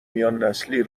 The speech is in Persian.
میاننسلی